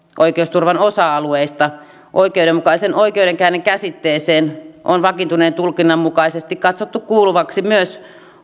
oikeusturvan osa alueista oikeudenmukaisen oikeudenkäynnin käsitteeseen on vakiintuneen tulkinnan mukaisesti katsottu kuuluvaksi myös